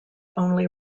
only